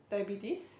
diabetes